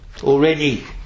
already